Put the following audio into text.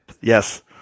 Yes